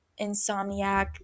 insomniac